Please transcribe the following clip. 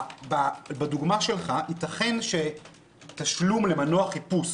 בדוגמה שלך ייתכן שתשלום למנוע חיפוש